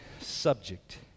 subject